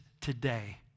today